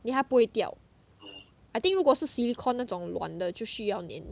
then 他不会掉 I think 如果是 silicon 那种软的就需要粘